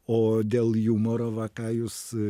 o dėl jumoro va ką jūs